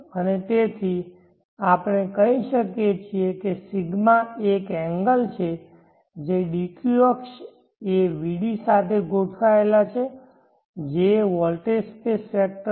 અને તેથી આપણે કહી શકીએ કે ρ એ એક એંગલ છે કે dq અક્ષ એ vd સાથે ગોઠવાયેલ છે જે વોલ્ટેજ સ્પેસ વેક્ટર છે